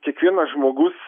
kiekvienas žmogus